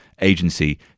agency